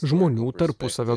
žmonių tarpusavio